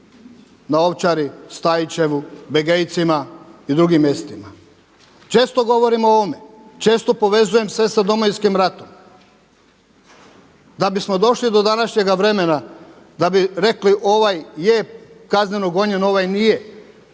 na Ovčari, Staićevu, Begejcima i drugim mjestima. Često govorim o ovome, često povezujem sve sa Domovinskim ratom, da bismo došli do današnjega vremena da bi rekli ovaj je kazneno gonjen, ovaj nije.